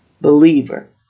Believer